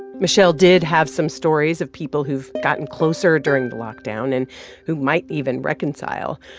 michele did have some stories of people who've gotten closer during the lockdown and who might even reconcile,